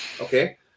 okay